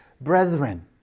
brethren